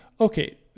Okay